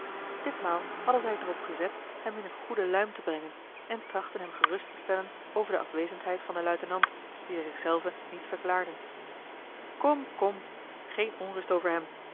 ditmaal hadden zij het er op gezet hem in eene goede luim te brengen en trachtten hem gerust te stellen over de afwezendheid van den luitenant die zij zich zelven niet verklaarden kom kom geene onrust over hem